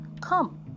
come